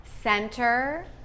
Center